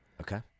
Okay